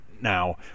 Now